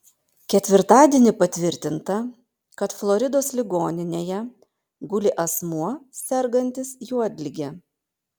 ketvirtadienį patvirtinta kad floridos ligoninėje guli asmuo sergantis juodlige